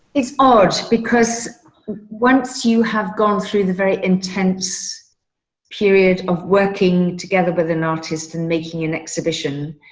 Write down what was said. it's odd because once you have gone through the very intense period of working together with an artist and making an exhibition,